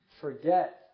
forget